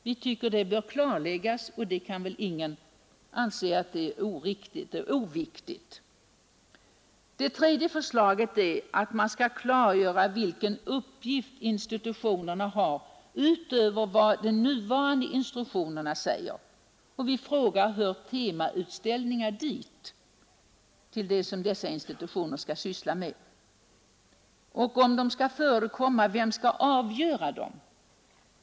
Vi tycker att det bör klarläggas, och ingen kan väl anse att det är oriktigt eller oviktigt. 3. Man skall klargöra vilken uppgift institutionerna har utöver vad den nuvarande instruktionen säger. Vi frågar, om temautställningar hör till det som dessa institutioner skall syssla med och — om de skall förekomma — vem som skall avgöra.